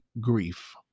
grief